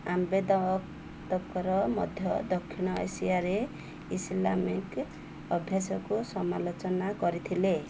ଆମ୍ବେଦକର ମଧ୍ୟ ଦକ୍ଷିଣ ଏସିଆରେ ଇସଲାମିକ ଅଭ୍ୟାସକୁ ସମାଲୋଚନା କରିଥିଲେ